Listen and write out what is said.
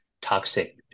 toxic